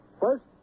First